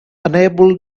unable